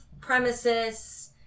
premises